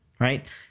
right